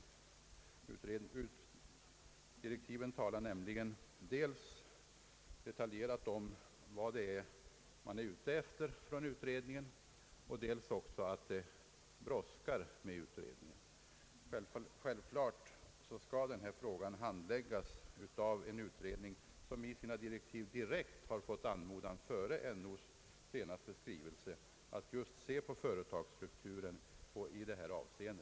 Av dessa direktiv framgår nämligen dels vad man avser med denna utredning, dels också att det brådskar med utredningen. Självfallet skall denna fråga handläggas av en utredning som i sina direktiv direkt har fått anmodan, före NO:s senaste skrivelse, att just se på företagsstrukturen i detta avseende.